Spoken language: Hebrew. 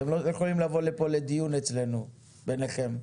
אתם לא יכולים לבוא לכאן לדיון ביניכם אצלנו.